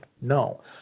No